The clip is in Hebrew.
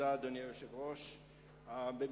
אדוני היושב-ראש, תודה.